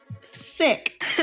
Sick